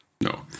No